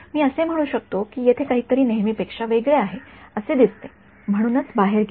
मी असे म्हणू शकतो की येथे काहीतरी नेहमीपेक्षा वेगळे आहे असे दिसते आहे म्हणूनच बाहेर घे